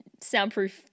soundproof